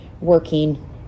working